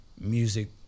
music